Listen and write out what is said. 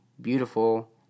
beautiful